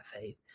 faith